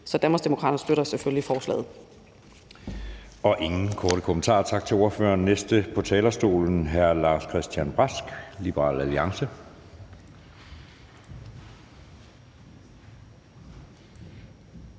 Danmarksdemokraterne støtter selvfølgelig forslaget.